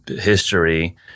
history